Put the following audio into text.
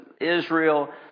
Israel